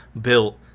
built